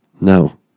No